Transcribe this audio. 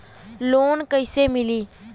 Loan कइसे मिलि?